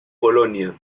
polonia